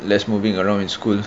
less moving around in school